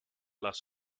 las